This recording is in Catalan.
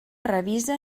revisa